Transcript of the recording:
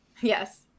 Yes